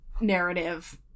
narrative